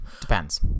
Depends